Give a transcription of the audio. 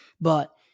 but-